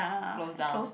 close down